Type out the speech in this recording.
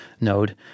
node